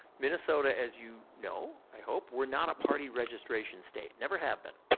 minnesota, as you know, i hope, we're not a party registration state, never have been,